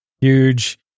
huge